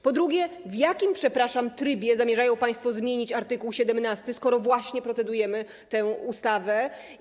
Po drugie, w jakim, przepraszam, trybie zamierzają państwo zmienić art. 17, skoro właśnie procedujemy nad tą ustawą?